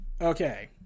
Okay